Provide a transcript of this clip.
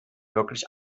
wirklich